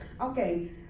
Okay